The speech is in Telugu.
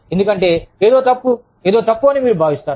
ఎందుకంటే ఏదో తప్పు ఏదో తప్పు అని మీరు భావిస్తారు